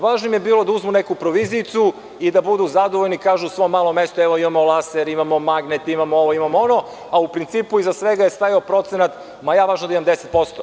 Važno im je bilo da uzmu neku provizijicu i da budu zadovoljni i da kažu u svom malo mesto – evo, imamo laser, imamo magnet, imamo ovo imamo ono, a u principu iza svega je stajalo procenat, važno je da imam 10%